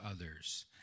others